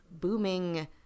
booming